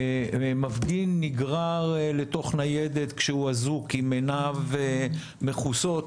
ומפגין נגרר לתוך ניידת כשהוא אזוק עם עיניו מכוסות,